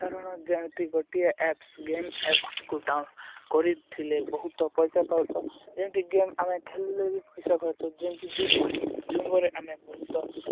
ସାଧାରଣ ଯେମିତି ଗୋଟିଏ ଆପ୍ସ ଗେମ୍ ଆପକୁ ଡାଉନଲୋଡ଼ କରିଥିଲେ ବହୁତ ପଇସା ପାଉତ ଯେମିତି ଗେମ୍ ଆମେ ଖେଲିଲେ ବି ପଇସା ପାତ ଯେମିତି ଜୁମ ଜୁମ୍ୱୋରେ ଆମେ ବହୁତ